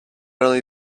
only